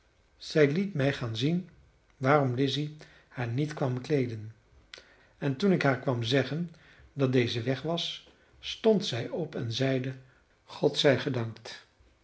zij liet mij gaan zien waarom lizzy haar niet kwam kleeden en toen ik haar kwam zeggen dat deze weg was stond zij op en zeide god zij gedankt